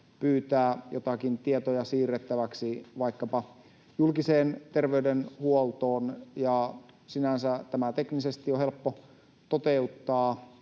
pyytää joitakin tietoja siirrettäväksi julkiseen terveydenhuoltoon. Sinänsä tämä on teknisesti helppo toteuttaa,